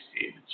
see